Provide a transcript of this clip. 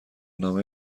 نامه